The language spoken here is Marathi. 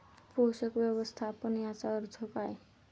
पोषक व्यवस्थापन याचा अर्थ काय?